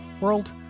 world